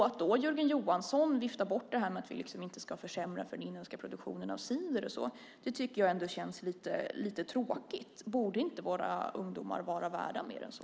Att Jörgen Johansson då viftar bort detta med att vi inte ska försämra för den inhemska produktionen av cider känns lite tråkigt. Borde inte våra ungdomar vara värda mer än så?